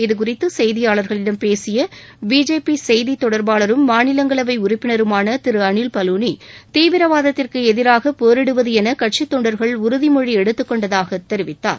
இதுகுறித்து செய்தியாளர்களிடம் பேசிய பிஜேபி செய்தித் தொடர்பாளரும் மாநிலங்களவை உறுப்பினருமான திரு அளில் பலூனி தீவிரவாதத்திற்கு எதிராக போரிடுவது என கட்சித் தொண்டர்கள் உறுதிமொழி எடுத்துக் கொண்டதாக தெரிவித்தார்